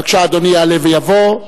בבקשה, אדוני יעלה ויבוא,